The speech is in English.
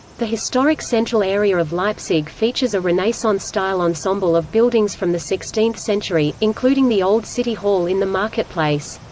the historic central area of leipzig features a renaissance-style ensemble of buildings from the sixteenth century, including the old city hall in the market place.